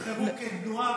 הם נבחרו כתנועה,